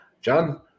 john